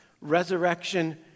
resurrection